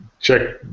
check